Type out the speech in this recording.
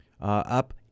up